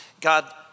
God